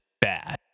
bad